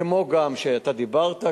כמו שאתה דיברת,